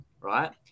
right